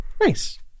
Nice